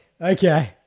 Okay